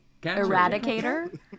eradicator